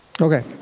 okay